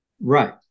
Right